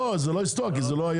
זה לא היה.